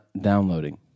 downloading